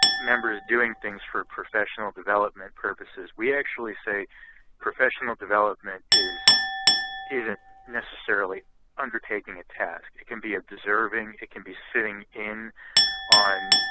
members doing things for professional development purposes, we actually say professional development isn't necessarily undertaking a task. it can be observing. it can be sitting in on,